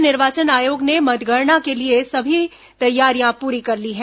राज्य निर्वाचन आयोग ने मतगणना के लिए सभी तैयारियां पूरी कर ली हैं